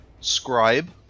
Scribe